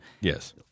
yes